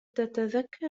تتذكر